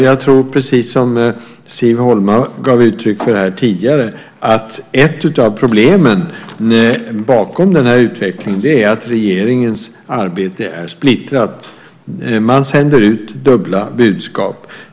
Jag tror, precis som Siv Holma gav uttryck för här tidigare, att ett av problemen bakom denna utveckling är att regeringens arbete är splittrat. Man sänder ut dubbla budskap.